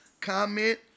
comment